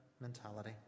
mentality